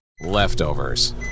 Leftovers